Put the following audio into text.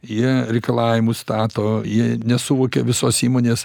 jie reikalavimus stato jie nesuvokia visos įmonės